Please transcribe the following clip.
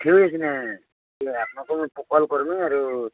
ଠିକ ଅଛି ନା ଆପଣ ତ ମୁଁ କଲ୍ କରିବି